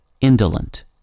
indolent